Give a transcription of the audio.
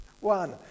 One